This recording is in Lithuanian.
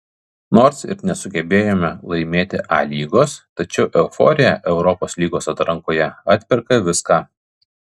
nors ir nesugebėjome laimėti a lygos tačiau euforija europos lygos atrankoje atperka viską